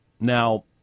now